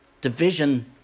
Division